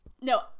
No